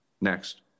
next